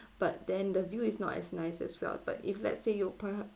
but then the view is not as nice as well but if let's say you perhaps